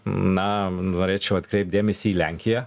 na norėčiau atkreipt dėmesį į lenkiją